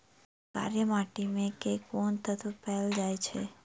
कार्य माटि मे केँ कुन तत्व पैल जाय छै?